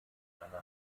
eine